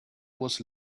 was